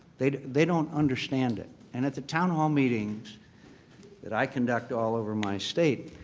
they they don't understand it. and at the town hall meetings that i conduct all over my state,